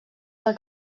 del